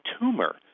tumor